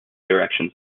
directions